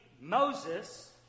Moses